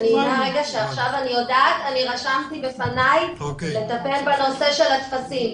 מהרגע שעכשיו אני יודעת ורשמתי בפניי לטפל בנושא של הטפסים.